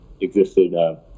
existed